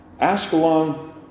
Ashkelon